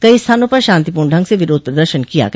कई स्थानों पर शांतिपूर्ण ढंग से विरोध प्रदर्शन किया गया